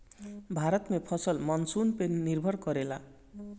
भारत में फसल मानसून पे निर्भर करेला